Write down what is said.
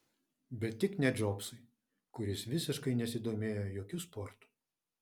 bet tik ne džobsui kuris visiškai nesidomėjo jokiu sportu